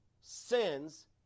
sins